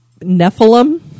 Nephilim